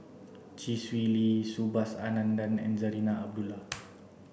Chee Swee Lee Subhas Anandan and Zarinah Abdullah